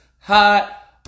hot